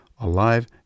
alive